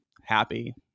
happy